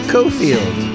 Cofield